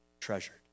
treasured